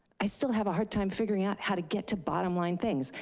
i still have a hard time figuring out how to get to bottom line things,